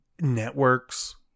Networks